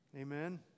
Amen